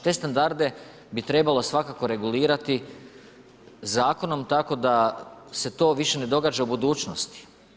Te standarde bi trebalo svakako regulirati zakonom, tako da se to više ne događa u budućnosti.